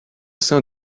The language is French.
sein